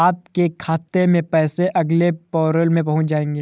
आपके खाते में पैसे अगले पैरोल में पहुँच जाएंगे